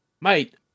Mate